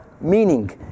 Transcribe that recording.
meaning